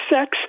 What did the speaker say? sex